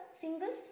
singles